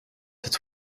het